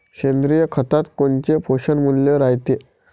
सेंद्रिय खतात कोनचे पोषनमूल्य रायते?